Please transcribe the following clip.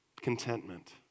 Contentment